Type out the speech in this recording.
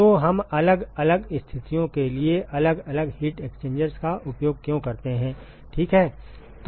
तो हम अलग अलग स्थितियों के लिए अलग अलग हीट एक्सचेंजर्स का उपयोग क्यों करते हैं ठीक है